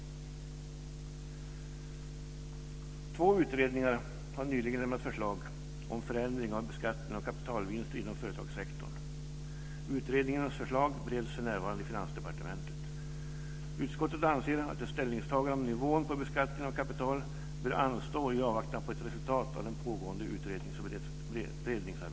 Två utredningar har nyligen lämnat förslag om förändring av beskattningen av kapitalvinster inom företagssektorn. Utredningarnas förslag bereds för närvarande i Finansdepartementet. Utskottet anser att ett ställningstagande om nivån på beskattningen av kapital bör anstå i avvaktan på ett resultat av det pågående utrednings och beredningsarbetet.